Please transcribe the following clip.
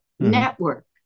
Network